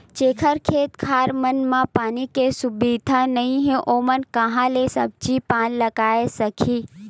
जेखर खेत खार मन म पानी के सुबिधा नइ हे ओमन ह काँहा ले सब्जी पान लगाए सकही